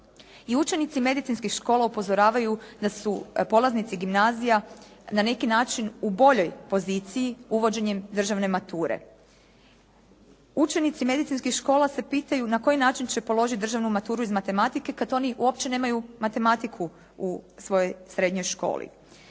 učenici medicinskih škola upozoravaju da su polaznici gimnazija na neki način u boljoj poziciji uvođenjem državne mature. Učenici medicinskih škola se pitaju na koji način će položiti državnu maturu iz matematike kad oni uopće nemaju matematiku u svojoj srednjoj školi.